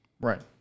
Right